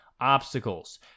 obstacles